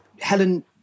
helen